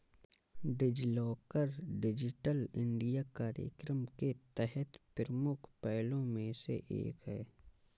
DigiLocker digital India कार्यक्रम के तहत प्रमुख पहलों में से एक है